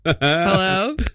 Hello